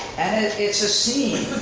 and it's a scene.